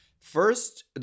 first